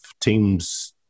teams